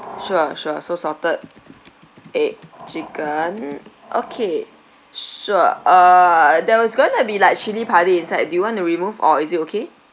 sure sure so salted egg chicken okay sure uh there was going to be like cili padi inside do you want to remove or is it okay